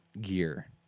gear